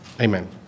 Amen